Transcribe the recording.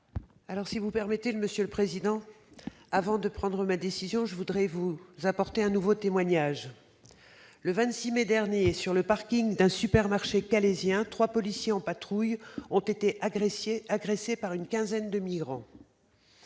l'amendement n° 400 est-il maintenu ? Avant de prendre ma décision, je voudrais vous apporter un nouveau témoignage : le 26 mai dernier, sur le parking d'un supermarché calaisien, trois policiers en patrouille ont été agressés par une quinzaine de migrants.